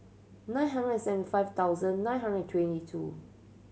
nine hundred seventy nine thousand nine hundred twenty two